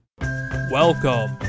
welcome